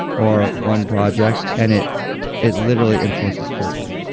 or one project and it it literally influences culture.